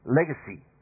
legacy